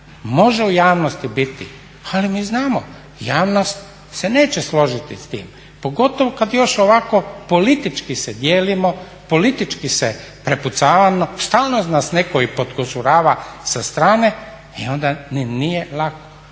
Može u javnosti biti ali mi znamo javnost se neće složiti s tim, pogotovo kad još ovako politički se dijelimo, politički se prepucavamo, stalno nas netko i … sa strane i onda nije lako.